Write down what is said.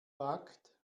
wagt